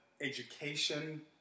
education